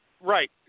Right